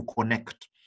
connect